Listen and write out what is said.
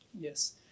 Yes